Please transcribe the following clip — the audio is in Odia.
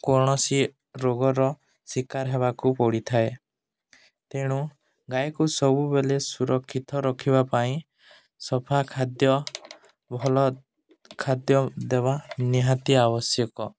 କୌଣସି ରୋଗର ଶିକାର ହେବାକୁ ପଡ଼ିଥାଏ ତେଣୁ ଗାଈକୁ ସବୁବେଳେ ସୁରକ୍ଷିତ ରଖିବା ପାଇଁ ସଫା ଖାଦ୍ୟ ଭଲ ଖାଦ୍ୟ ଦେବା ନିହାତି ଆବଶ୍ୟକ